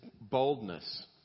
boldness